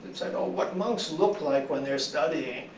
oh, what monks look like when they're studying,